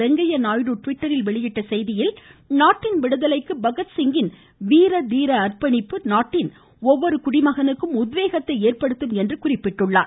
வெங்கய்ய நாயுடு ட்விட்டரில் வெளியிட்டுள்ள செய்தியில் நாட்டின் விடுதலைக்கு பகத்சிங்கின் வீர தீர அர்ப்பணிப்பு நாட்டின் ஒவ்வொரு குடிமகனுக்கும் உத்வேகத்தை ஏற்படுத்தும் என்று குறிப்பிட்டார்